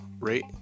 rate